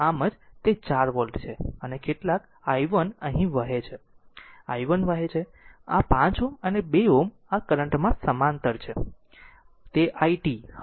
આમ આમ જ તે 4 V છે અને કેટલાક કરંટ i 1 અહીં વહે છે i 1 વહે છે અને આ 5 Ω અને 2 Ω આ કરંટમાં સમાંતર છે તે i t